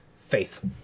Faith